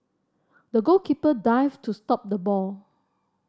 the goalkeeper dived to stop the ball